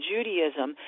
Judaism